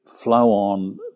flow-on